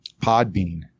Podbean